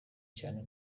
cyane